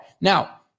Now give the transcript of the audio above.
Now